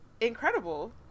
incredible